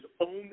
own